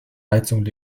heizung